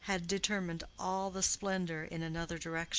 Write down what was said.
had determined all the splendor in another direction.